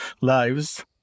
lives